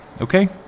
Okay